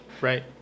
Right